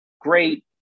great